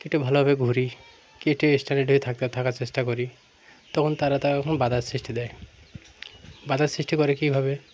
কি একটু ভালোভাবে ঘুরি কি একটু স্ট্যাণ্ডার্ড হয়ে থাক থাকার চেষ্টা করি তখন তারা তা এখন বাধার সৃষ্টি দেয় বাধার সৃষ্টি করে কীভাবে